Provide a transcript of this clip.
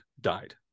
died